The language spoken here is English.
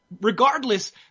Regardless